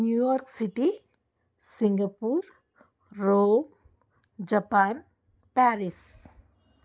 New York city Singapore roam Japan Paris